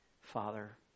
Father